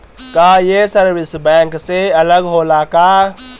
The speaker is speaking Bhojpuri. का ये सर्विस बैंक से अलग होला का?